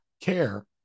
care